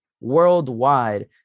worldwide